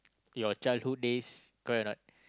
your childhood days correct or not